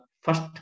first